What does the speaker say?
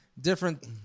different